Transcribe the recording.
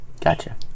Gotcha